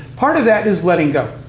part of that is letting go,